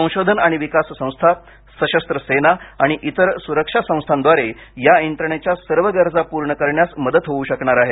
संशोधन आणि विकास संस्था सशस्व सेना आणि इतर सुरक्षा संस्थांद्वारे या यंत्रणेच्या सर्व गरजा पूर्ण करण्यास मदत होऊ शकणार आहे